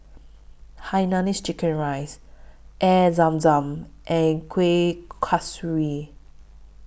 Hainanese Chicken Rice Air Zam Zam and Kueh Kasturi